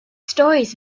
stories